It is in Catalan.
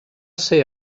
ser